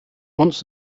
once